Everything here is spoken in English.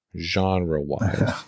genre-wise